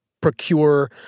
procure